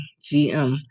GM